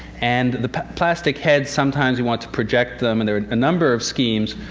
and the plastic heads, sometimes you want to project them. and there are a number of schemes,